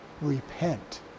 repent